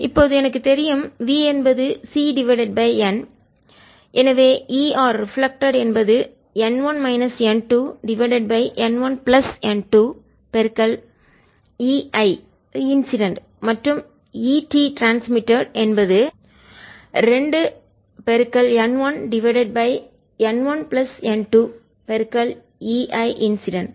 இப்போது எனக்கு தெரியும் v என்பது c n எனவே ER ரிஃப்ளெக்ட்டட் பிரதிபலிப்பு என்பது n 1 minus n 2 divided by n 1 plus n 2 EI incident மற்றும் ET ட்ரான்ஸ்மிட்டட் மின் பரவுதல்என்பது 2 n 1 divided by n1 plus n 2 EI incident